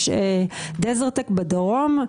יש דזרטק בדרום,